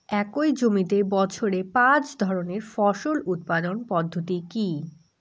একই জমিতে বছরে পাঁচ ধরনের ফসল উৎপাদন পদ্ধতি কী?